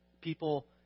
people